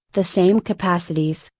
the same capacities.